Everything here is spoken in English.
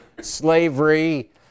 slavery